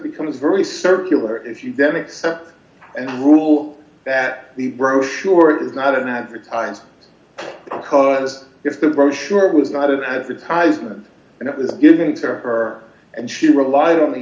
becomes very circular if you demick so and rule that the brochure is not an advertised because if the brochure was not an advertisement and it was given to her and she relied on the